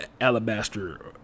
Alabaster